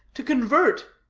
to convert!